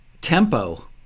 tempo